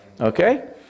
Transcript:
Okay